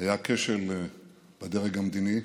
היה כשל בדרג המדיני,